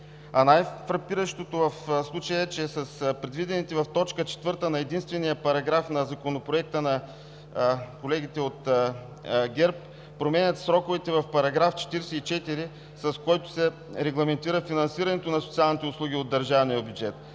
Най-фрапиращото в случая е, че с предвидените промени в т. 4 на единствения параграф на Законопроекта колегите от ГЕРБ променят сроковете в § 44, с който се регламентира финансирането на социалните услуги от държавния бюджет